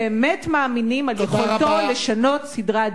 ובאמת מאמינים ביכולתו לשנות סדרי עדיפויות.